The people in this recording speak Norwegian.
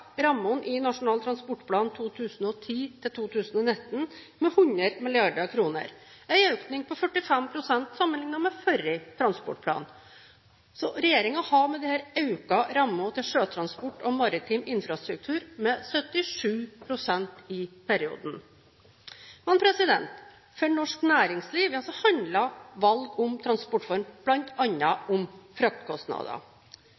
i Nasjonal transportplan for 2010–2019 med 100 mrd. kr – en økning på 45 pst. sammenlignet med forrige transportplan. Regjeringen har med dette økt rammene til sjøtransport og maritim infrastruktur med 77 pst. i perioden. For norsk næringsliv handler valg av transportform